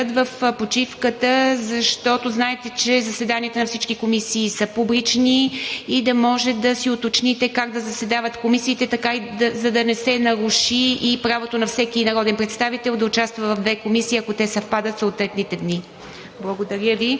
комисиите да се съберат в почивката, защото знаете, че заседанията на всички комисии са публични, и да могат да уточнят как да заседават комисиите, за да не се наруши правото на всеки народен представител да участва в две комисии, ако те съвпадат в съответните дни.